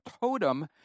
totem